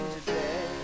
today